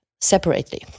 separately